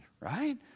right